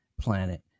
planet